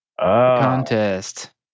contest